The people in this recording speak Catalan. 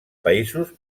països